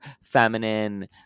feminine